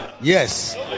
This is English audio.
Yes